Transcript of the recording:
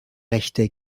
rechte